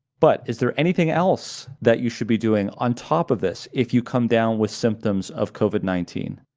but is there anything else that you should be doing on top of this if you come down with symptoms of covid nineteen?